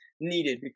needed